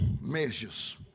measures